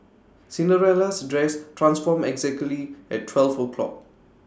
Cinderella's dress transformed exactly at twelve o'clock